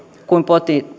kuin